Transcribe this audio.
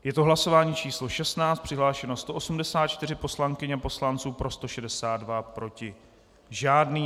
Je to hlasování číslo 16, přihlášeno 184 poslankyň a poslanců, pro 162, proti žádný.